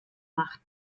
macht